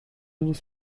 nos